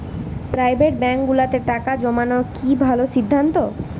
Private ব্যাংকগুলোতে টাকা জমানো কি ভালো সিদ্ধান্ত?